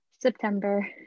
September